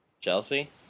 Chelsea